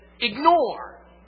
ignore